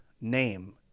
name